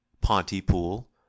pontypool